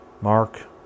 Mark